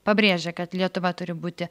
pabrėžė kad lietuva turi būti